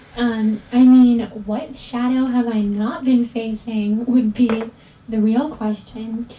um i mean, what shadow have i not been facing would be the real question.